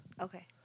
Okay